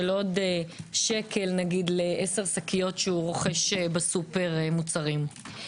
עוד שקל נגיד לעשר שקיות שרוכש בסופר מוצרים.